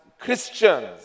Christians